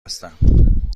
هستم